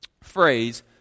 phrase